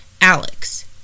Alex